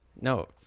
No